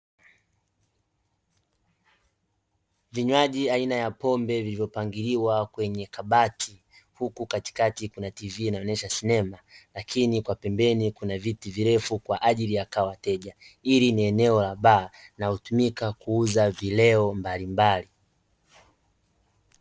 Vinywaji aina ya pombe vilivyopangiliwa kwenye kabati huku katikati kuna tv inaonyesha sinema, lakini kwa pembeni kuna viti virefu kwa ajili ya kukaa wateja, ili ni eneo la baa na hutumika kuuza vileo mbalimbali. .